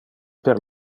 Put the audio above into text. per